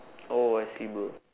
oh I see bro